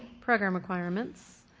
program requirements.